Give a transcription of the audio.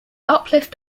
uplift